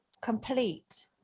Complete